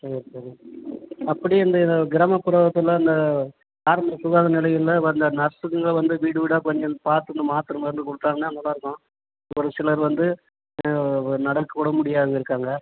சரி சரி அப்படியே இந்த கிராமப்புறத்தில் அந்த ஆரம்ப சுகாதார நிலையங்களில் அந்த நர்ஸுங்க வந்து வீடு வீடாக கொஞ்சம் பார்த்து இந்த மாத்தரை மருந்து கொடுத்தாங்கன்னா நல்லாருக்கும் ஒரு சிலர் வந்து நடக்கக்கூட முடியாத இருக்காங்க